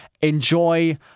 enjoy